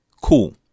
Cool